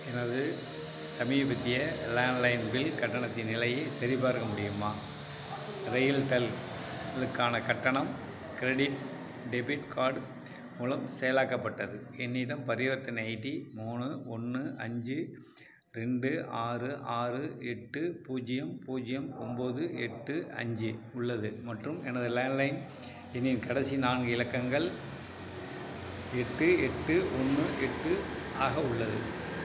எனது சமீபத்திய landline bill கட்டணத்தின் நிலையைச் சரிபார்க்க முடியுமா ரெயில்டெல்லுக்கான கட்டணம் க்ரெடிட் டெபிட் கார்டு மூலம் செயலாக்கப்பட்டது என்னிடம் பரிவர்த்தனை ஐடி மூணு ஒன்று அஞ்சு ரெண்டு ஆறு ஆறு எட்டு பூஜ்ஜியம் பூஜ்ஜியம் ஒம்போது எட்டு அஞ்சு உள்ளது மற்றும் எனது லேண்ட்லைன் எண்ணின் கடைசி நான்கு இலக்கங்கள் எட்டு எட்டு ஒன்று எட்டு ஆக உள்ளது